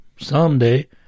Someday